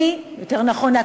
יותר נכון,